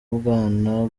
bwana